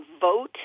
vote